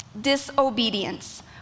Disobedience